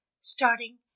starting